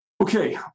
Okay